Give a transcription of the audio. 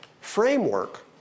framework